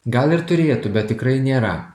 gal ir turėtų bet tikrai nėra